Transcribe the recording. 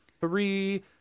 three